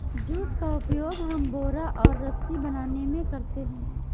jute का उपयोग हम बोरा और रस्सी बनाने में करते हैं